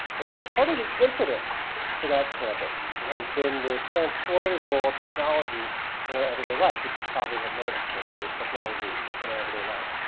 and so part of the impetus for that campus has been the transformative role of technology in our everyday life, which you probably have noticed that there is technology in our everyday life.